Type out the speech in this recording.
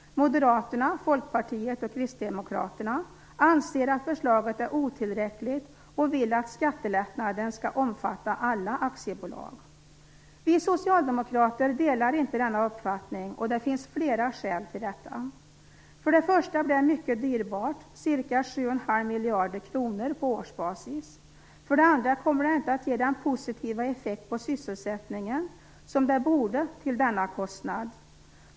Moderaterna, Folkpartiet och Kristdemokraterna anser att förslaget är otillräckligt och vill att skattelättnaden skall omfatta alla aktiebolag. Vi socialdemokrater delar inte denna uppfattning och det finns flera skäl till detta. För det första blir det mycket dyrbart - ca 7,5 miljarder kronor på årsbasis. För det andra kommer det inte att ge den positiva effekt på sysselsättningen som det borde till denna kostnad.